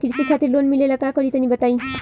कृषि खातिर लोन मिले ला का करि तनि बताई?